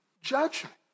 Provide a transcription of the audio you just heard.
judgment